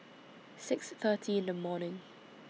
six thirty in The morning